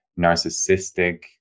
narcissistic